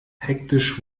hektisch